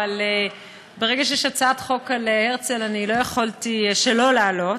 אבל ברגע שיש הצעת חוק על הרצל לא יכולתי שלא לעלות.